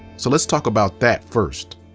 so let's talk about that first.